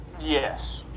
Yes